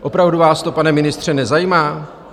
Opravdu vás to, pane ministře, nezajímá?